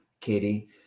Katie